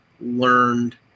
learned